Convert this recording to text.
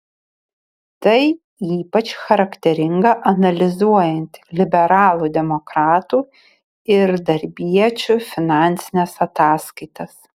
tai ypač charakteringa analizuojant liberalų demokratų ir darbiečių finansines ataskaitas